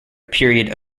period